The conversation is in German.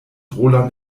roland